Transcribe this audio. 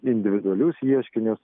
individualius ieškinius